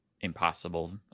impossible